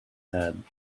head